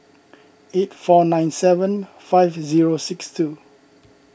eight four nine seven five zero six two